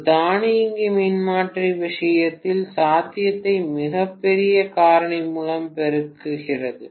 ஒரு தானியங்கி மின்மாற்றி விஷயத்தில் சாத்தியத்தை மிகப் பெரிய காரணி மூலம் பெருக்குகிறது